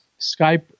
Skype